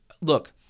look